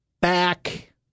back